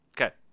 Okay